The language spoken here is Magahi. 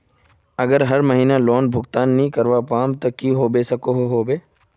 अगर हर महीना लोन भुगतान नी करवा पाम ते की होबे सकोहो होबे?